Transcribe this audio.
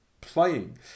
playing